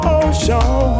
ocean